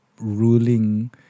ruling